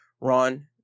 Ron